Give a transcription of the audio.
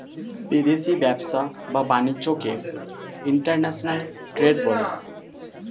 বিদেশি ব্যবসা বা বাণিজ্যকে ইন্টারন্যাশনাল ট্রেড বলে